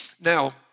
Now